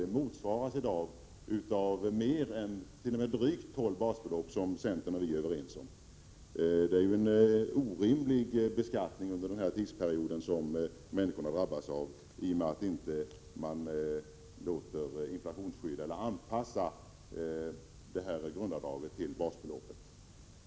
Det motsvaras i dag t.o.m. av drygt 12 basbelopp, som centern och vi är överens om. Människorna har under den här tidsperioden drabbats av en orimlig beskattning i och med att grundavdraget inte anpassats till basbeloppet.